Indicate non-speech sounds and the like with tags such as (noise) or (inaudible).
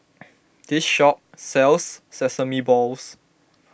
(noise) this shop sells Sesame Balls